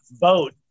boat